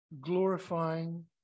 glorifying